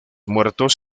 muertos